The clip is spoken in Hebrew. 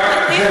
ביזמות הפרטית,